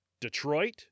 Detroit